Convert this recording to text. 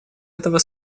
этого